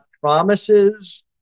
promises